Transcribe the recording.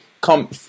come